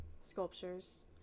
sculptures